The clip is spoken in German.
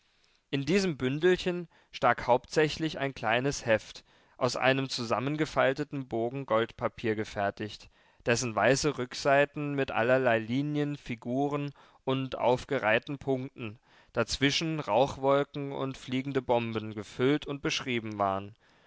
in diesem bündelchen stak hauptsächlich ein kleines heft aus einem zusammengefalteten bogen goldpapier gefertigt dessen weiße rückseiten mit allerlei linien figuren und aufgereihten punkten dazwischen rauchwolken und fliegende bomben gefüllt und beschrieben waren